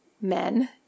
men